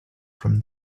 from